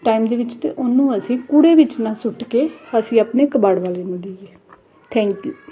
time ਦੇ ਵਿੱਚ ਤਾਂ ਉਹਨੂੰ ਅਸੀਂ ਕੂੜੇ ਵਿੱਚ ਨਾ ਸੁੱਟ ਕੇ ਅਸੀਂ ਆਪਣੇ ਕਬਾੜ ਵਾਲੇ ਨੂੰ ਦੇਈਏ ਥੈਂਕ ਯੂ